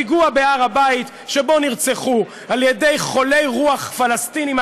פיגוע בהר הבית שבו נרצחו על ידי חולי רוח פלסטינים,